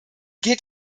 geht